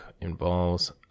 involves